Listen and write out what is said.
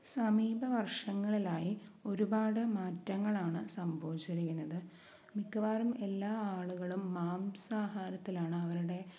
സമീപ വർഷങ്ങളിലായി ഒരുപാട് മാറ്റങ്ങളാണ് സംഭവിച്ചു കൊണ്ടിരിക്കുന്നത് മിക്കവാറും എല്ലാ ആളുകളും മാംസാഹാരത്തിലാണ് അവരുടെ